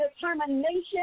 determination